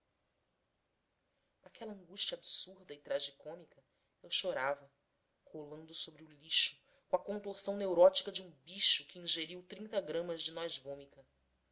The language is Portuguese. naquela angústia absurda e tragicômica eu chorava rolando sobre o lixo com a contorção neurótica de um bicho que ingeriu gramas de